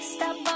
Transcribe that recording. Stop